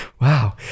wow